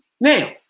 Now